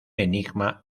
enigma